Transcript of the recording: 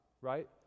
right